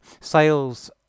sales